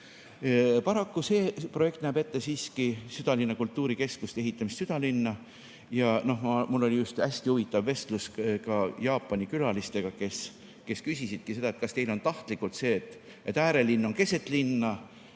Paraku see projekt näeb ette siiski südalinna kultuurikeskuse ehitamist südalinna. Mul oli just hästi huvitav vestlus Jaapani külalistega, kes küsisid, kas teil on tahtlikult nii, et äärelinn on keset linna